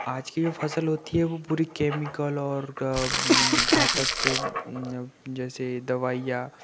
आज की जो फसल होती है वो पूरी केमिकल और घातक जैसे दवाइयाँ